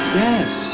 yes